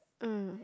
ah